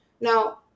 now